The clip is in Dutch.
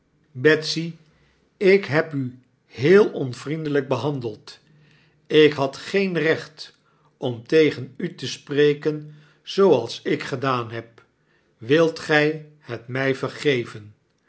ik heb u heel onvriendelyk behandeld ik had geen recht om tegen u te spreken zooals ik gedaan heb wilt gy het my vergeven